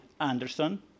Anderson